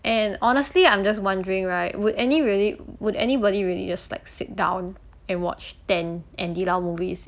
and honestly I'm just wondering right would any really would anybody really just like sit down and watch ten andy lau movies